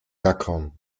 gackern